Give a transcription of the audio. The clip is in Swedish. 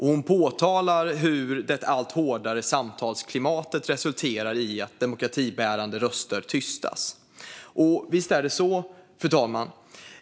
Hon påtalar hur det allt hårdare samtalsklimatet resulterar i att demokratibärande röster tystas. Visst är det så, fru talman.